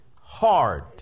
hard